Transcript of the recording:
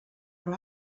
però